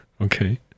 Okay